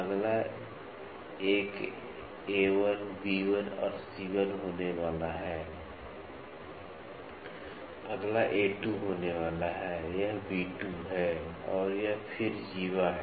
अगला एक A 1 B 1 और C 1 होने वाला है अगला A 2 होने वाला है यह B 2 है और फिर जीवा है